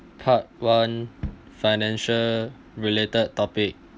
part one financial related topic